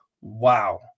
Wow